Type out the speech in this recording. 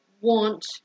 want